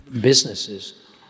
businesses